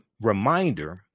reminder